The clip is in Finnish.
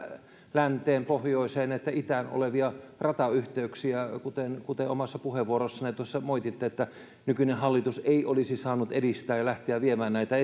länteen pohjoiseen että itään olevia ratayhteyksiä kuten kuten omassa puheenvuorossanne tuossa moititte että nykyinen hallitus ei olisi saanut edistää näitä ja lähteä viemään näitä